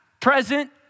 present